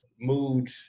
mood